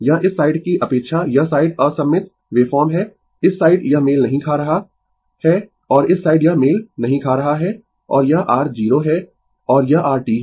यह इस साइड की अपेक्षा यह साइड असममित वेव फॉर्म है इस साइड यह मेल नहीं खा रहा है और इस साइड यह मेल नहीं खा रहा है और यह r 0 है और यह r T है